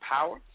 Power